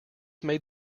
made